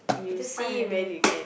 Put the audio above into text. we just find a day